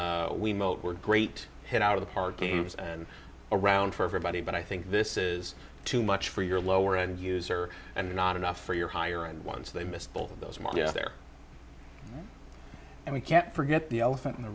and we mode were great hit out of the party was and around for everybody but i think this is too much for your lower end user and not enough for your hire and once they missed both of those markets there and we can't forget the elephant in the